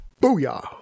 Booyah